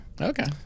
Okay